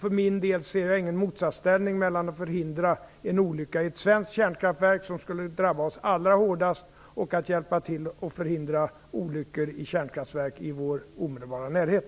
För min del ser jag ingen motsatsställning mellan att förhindra en olycka i ett svenskt kärnkraftverk, vilket skulle drabba oss allra hårdast, och att hjälpa till att förhindra olyckor i kärnkraftverk i vår omedelbara närhet.